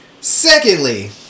Secondly